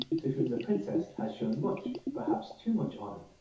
to whom the princess had shown much, perhaps too much honour,